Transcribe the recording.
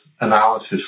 analysis